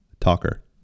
Talker